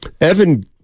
Evan